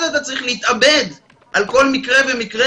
אז אתה צריך להתאבד על כל מקרה ומקרה